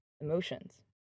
emotions